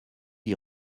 d’y